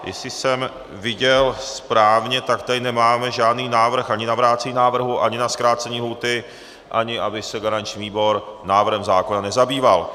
Jestli jsem viděl správně, tak tady nemáme žádný návrh ani na vrácení návrhu, ani na zkrácení lhůty, ani aby se garanční výbor návrhem zákona nezabýval.